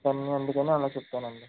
అన్నీ ఎందుకని అలా చెప్పానండి